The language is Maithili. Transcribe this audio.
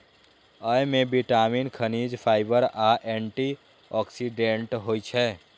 अय मे विटामिन, खनिज, फाइबर आ एंटी ऑक्सीडेंट होइ छै